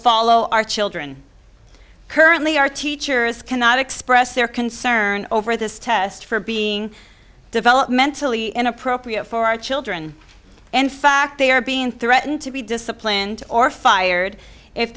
follow our children currently our teachers cannot express their concern over this test for being developmentally inappropriate for our children in fact they are being threatened to be disciplined or fired if